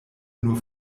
nur